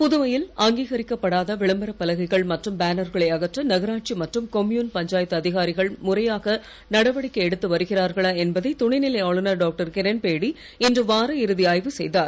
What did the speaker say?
புதுவையில் அங்கீகரிக்கப்படாத விளம்பரப் பலகைகள் மற்றும் பேனர்களை அகற்ற நகராட்சி மற்றும் கொம்யூன் பஞ்சாயத்து அதிகாரிகள் முறையாக நடவடிக்கை எடுத்து வருகிறார்களா என்பதை துணைநிலை ஆளுனர் டாக்டர்கிரண்பேடி இன்று வார இறுதி ஆய்வு செய்தார்